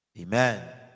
Amen